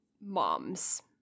moms